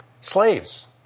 Slaves